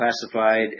classified